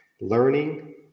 learning